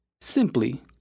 simply